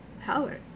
power